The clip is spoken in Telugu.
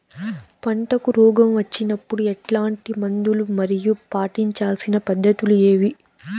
పంటకు రోగం వచ్చినప్పుడు ఎట్లాంటి మందులు మరియు పాటించాల్సిన పద్ధతులు ఏవి?